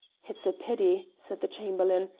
it's a pity, said the chamberlain,